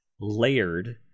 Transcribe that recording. layered